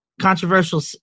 controversial